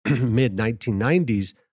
mid-1990s